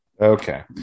Okay